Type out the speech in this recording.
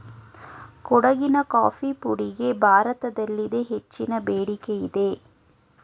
ಕೊಡಗಿನ ಕಾಫಿ ಪುಡಿಗೆ ಭಾರತದಲ್ಲಿದೆ ಹೆಚ್ಚಿನ ಬೇಡಿಕೆಯಿದೆ